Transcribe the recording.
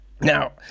Now